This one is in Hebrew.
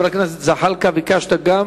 חבר הכנסת זחאלקה, ביקשת גם